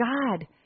God